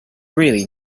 really